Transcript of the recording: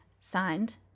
Signed